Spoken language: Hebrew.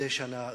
מדי שנה.